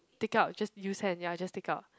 take out just use hand ya just take out